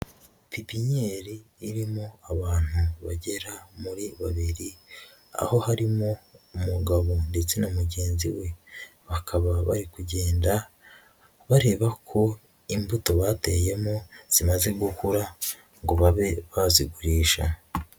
Pipinyeri irimo abantu bagera muri babiri, aho harimo umugabo ndetse na mugenzi we bakaba bari kugenda bareba ko imbuto bateyemo zimaze gukura ngo babe bazigurisha.